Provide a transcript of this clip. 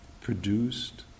produced